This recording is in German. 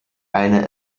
eine